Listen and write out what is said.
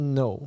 no